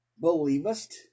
Believest